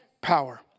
power